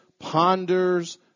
ponders